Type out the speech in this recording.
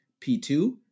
P2